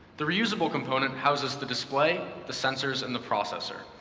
the reusable component houses the display, the sensors, and the processor.